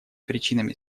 причинами